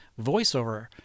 voiceover